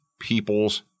people's